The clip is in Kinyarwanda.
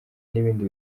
n’ibindi